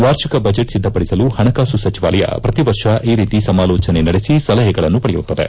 ವಾರ್ಷಿಕ ಬಜೆಟ್ ಸಿದ್ದಪಡಿಸಲು ಹಣಕಾಸು ಸಚಿವಾಲಯ ಪ್ರತಿವರ್ಷ ಈ ರೀತಿ ಸಮಾಲೋಚನೆ ನಡೆಸಿ ಸಲಹೆಗಳನ್ನು ಪಡೆಯುತ್ತದೆ